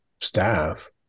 staff